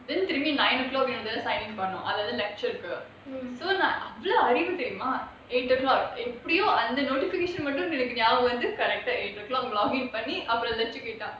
then திரும்பி:thirumbi nine O clock sign in பண்ணனும்:pannanum another lecture கு:ku so அவ்ளோ அறிவு தெரியுமா:avlo arivu teriyuma eight O clock priya notification மட்டும் ஞாபகம் வந்து:mattum nyabagam vanthu eight O clock log in பண்ணி:panni lunch கேட்டா:ketta